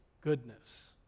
goodness